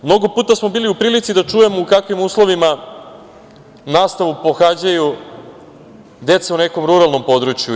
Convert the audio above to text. Mnogo puta smo bili u prilici da čujemo u kakvim uslovima nastavu pohađaju deca u nekom ruralnom području.